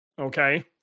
Okay